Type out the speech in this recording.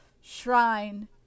shrine